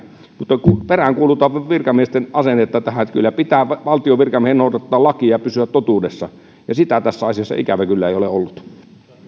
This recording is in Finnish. mutta peräänkuulutan virkamiesten asennetta tähän kyllä pitää valtion virkamiehen noudattaa lakia ja pysyä totuudessa ja sitä tässä asiassa ikävä kyllä ei ole ollut